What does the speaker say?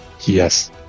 Yes